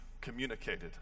communicated